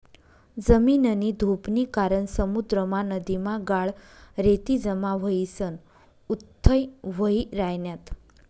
जमीननी धुपनी कारण समुद्रमा, नदीमा गाळ, रेती जमा व्हयीसन उथ्थय व्हयी रायन्यात